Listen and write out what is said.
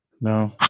No